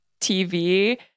tv